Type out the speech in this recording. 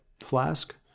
flask